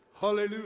Hallelujah